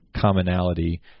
commonality